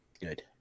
good